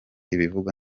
ibivugwa